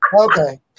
Okay